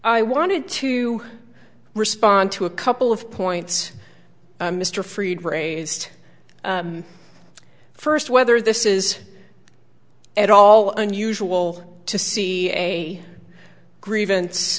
i wanted to respond to a couple of points mr freed raised first whether this is at all unusual to see a grievance